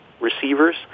receivers